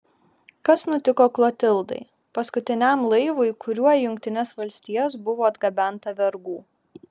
kas nutiko klotildai paskutiniam laivui kuriuo į jungtines valstijas buvo atgabenta vergų